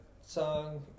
song